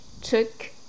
took